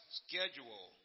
schedule